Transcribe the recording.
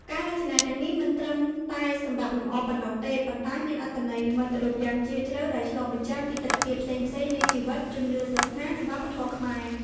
ការរចនាទាំងនេះមិនត្រឹមតែសម្រាប់លម្អប៉ុណ្ណោះទេ ប៉ុន្តែមានអត្ថន័យនិមិត្តរូបយ៉ាងជ្រាលជ្រៅ ដែលឆ្លុះបញ្ចាំងពីទិដ្ឋភាពផ្សេងៗនៃជីវិត ជំនឿសាសនា និងវប្បធម៌ខ្មែរ។